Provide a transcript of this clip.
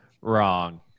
wrong